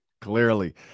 clearly